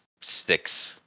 six